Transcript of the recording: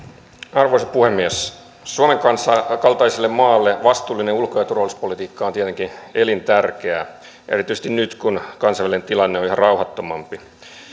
arvoisa puhemies suomen kansan kaltaiselle maalle vastuullinen ulko ja turvallisuuspolitiikka on tietenkin elintärkeää erityisesti nyt kun kansainvälinen tilanne on yhä rauhattomampi